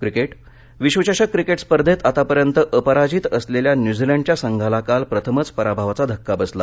cricket विश्वचषक cricket स्पर्धेत आतापर्यंत अपराजित असलेल्या न्यूझिलंडच्या संघाला काल प्रथमच पराभवाघा धक्का बसला